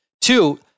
Two